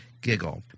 giggle